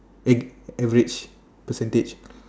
act~ average percentage